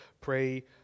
pray